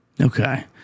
Okay